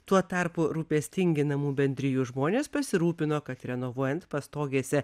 tuo tarpu rūpestingi namų bendrijų žmonės pasirūpino kad renovuojant pastogėse